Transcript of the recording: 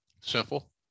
simple